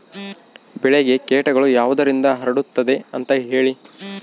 ಬೆಳೆಗೆ ಕೇಟಗಳು ಯಾವುದರಿಂದ ಹರಡುತ್ತದೆ ಅಂತಾ ಹೇಳಿ?